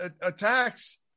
attacks